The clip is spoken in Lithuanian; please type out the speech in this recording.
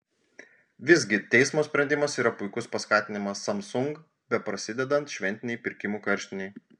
visgi teismo sprendimas yra puikus paskatinimas samsung beprasidedant šventinei pirkimų karštinei